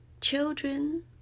Children